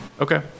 Okay